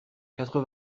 quatre